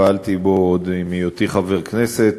פעלתי בו עוד בהיותי חבר כנסת.